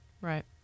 Right